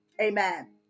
Amen